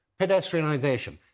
pedestrianisation